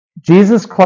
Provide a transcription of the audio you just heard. Jesus